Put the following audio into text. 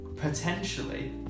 Potentially